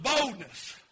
boldness